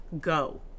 go